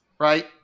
right